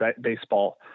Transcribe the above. baseball